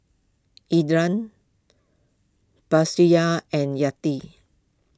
Indra Batrisya and Yati